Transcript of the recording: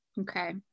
Okay